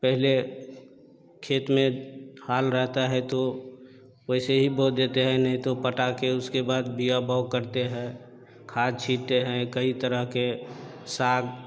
पहले खेत में हाल रहता है तो वैसे ही बो देते हैं नहीं तो पटा कर उसके बाद बीया बाउ करते है खाद छीटतें हैं कई तरह के साग